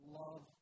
love